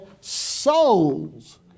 souls